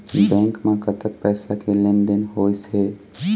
Bank म कतक पैसा के लेन देन होइस हे?